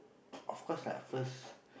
of course lah first